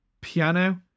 piano